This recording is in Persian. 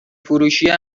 فروشیه